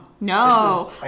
No